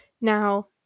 Now